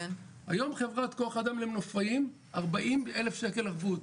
היום בחברת כוח אדם למנופאים יש 40,000 שקל ערבות.